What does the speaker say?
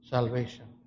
Salvation